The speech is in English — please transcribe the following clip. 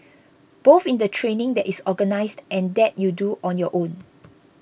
both in the training that is organised and that you do on your own